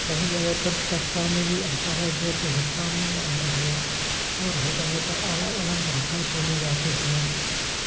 कई जगह पर परसाँ में भी अंतर है जैव विविधता में भी अंतर है और हर जगह पर अलग अलग भाषाएँ बोली जाती हैं